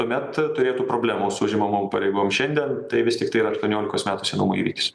tuomet turėtų problemų su užimamom pareigom šiandien tai vis tiktai yra aštuoniolikos metų senumo įvykis